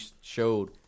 showed